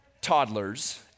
toddlers